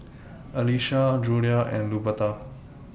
Elisha Julia and Luberta